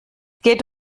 geht